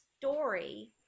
story